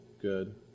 good